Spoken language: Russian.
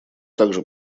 также